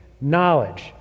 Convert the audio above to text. knowledge